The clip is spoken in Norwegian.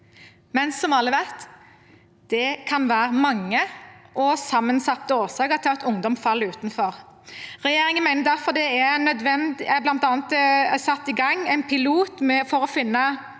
Men som alle vet: Det kan være mange og sammensatte årsaker til at ungdom faller utenfor. Regjeringen mener derfor det er nødvendig at det